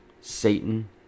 Satan